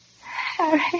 Harry